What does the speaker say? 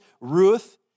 Ruth